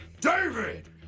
david